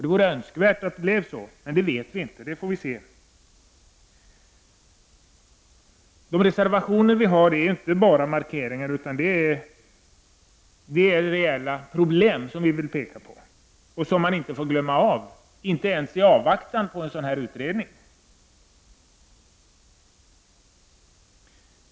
Det vore önskvärt att det blev så, men det vet vi inte. Det får vi se. De reservationer vi har avgett är inte bara markeringar. De tar upp reella problem som vi vill peka på, problem som man inte får glömma bort, inte ens i avvaktan på en sådan här utredning.